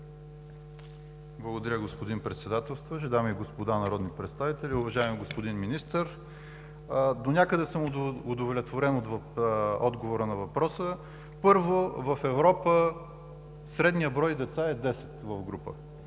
Благодаря, господин Председател. Дами и господа народни представители! Уважаеми господин Министър, донякъде съм удовлетворен от отговора на въпроса. Първо, в Европа средният брой деца в група